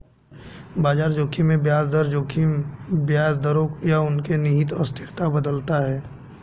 बाजार जोखिम में ब्याज दर जोखिम ब्याज दरों या उनके निहित अस्थिरता बदलता है